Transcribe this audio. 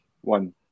one